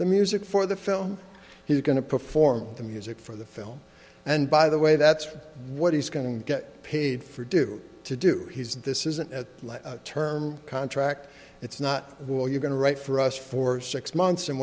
the music for the film he's going to perform the music for the film and by the way that's what he's going to get paid for do to do he's this isn't a term contract it's not will you're going to write for us for six months and